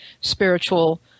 spiritual